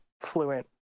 fluent